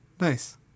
Nice